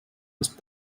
ist